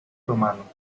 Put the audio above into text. romano